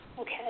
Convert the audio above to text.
okay